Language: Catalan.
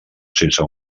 sense